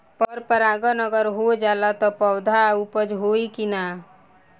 पर परागण अगर हो जाला त का पौधा उपज होई की ना?